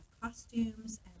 costumes